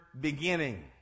beginning